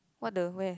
what the where